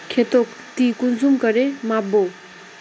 खेतोक ती कुंसम करे माप बो?